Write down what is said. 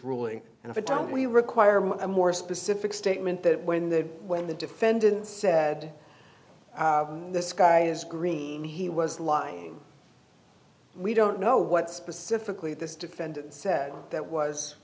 ruling and i don't we require a more specific statement that when the when the defendant said the sky is green he was lying we don't know what specifically this defendant said that was